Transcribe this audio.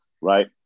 Right